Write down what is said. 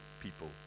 people